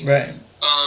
Right